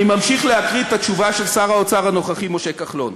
אני ממשיך להקריא את התשובה של שר האוצר הנוכחי משה כחלון: